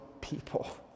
people